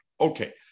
Okay